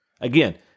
Again